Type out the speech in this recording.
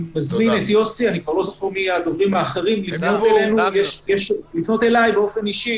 אני מזמין את יוסי והדוברים האחרים לפנות אלי באופן אישי,